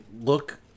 look